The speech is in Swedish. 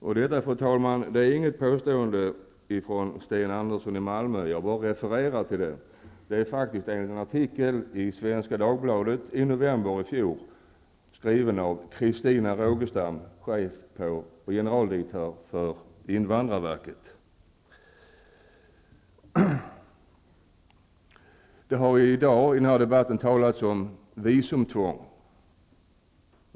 Och detta, fru talman, är inget påstående från Sten Andersson i Malmö; jag bara refererar en artikel i Svenska Dagbladet i november i fjol, skriven av Christina Rogestam, generaldirektör och chef för invandrarverket. Det har i denna debatt i dag talats om visumtvång.